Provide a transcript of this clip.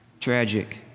tragic